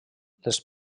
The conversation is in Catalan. les